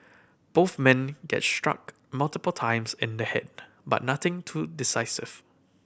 both men get struck multiple times in the head but nothing too decisive